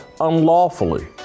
unlawfully